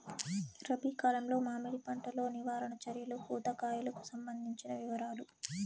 రబి కాలంలో మామిడి పంట లో నివారణ చర్యలు పూత కాయలకు సంబంధించిన వివరాలు?